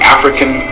African